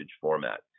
format